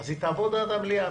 אז היא תעבוד עד המליאה.